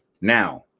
Now